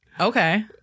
Okay